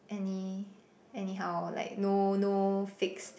any anyhow like no no fixed